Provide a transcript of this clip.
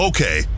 Okay